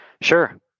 Sure